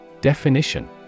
Definition